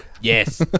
Yes